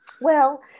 Well-